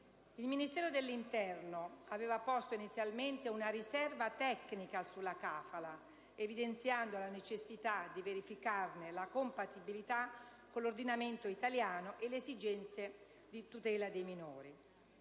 Il Ministero dell'interno aveva posto inizialmente una riserva tecnica sulla *kafalah*, evidenziando la necessità di verificarne la compatibilità con l'ordinamento italiano e le esigenze di tutela dei minori.